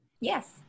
Yes